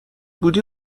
بودی